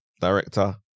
director